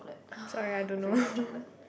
I'm sorry I don't know